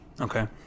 Okay